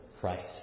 Christ